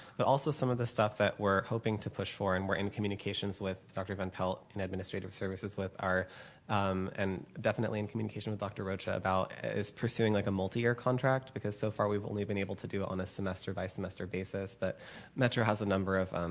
but also some of the stuff that we're hoping to push forward and we're in the communications with dr. van pelt in administrative services with our and definitely in communication with dr. rocha about as pursuing like a multiyear contract because so far we've only been able to do on a semester by semester basis. but metro has a number of